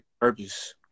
purpose